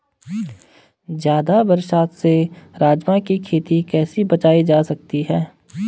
ज़्यादा बरसात से राजमा की खेती कैसी बचायी जा सकती है?